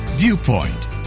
Viewpoint